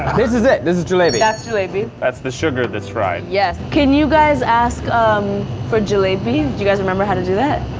this is it, this is jalebi! that's jalebi. that's the sugar that's fried? yes, can you guys ask um for jalebi? do you guys remember how to do that?